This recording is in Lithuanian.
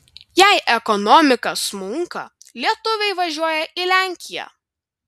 jei ekonomika smunka lietuviai važiuoja į lenkiją